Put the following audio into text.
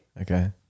Okay